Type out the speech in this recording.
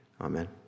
Amen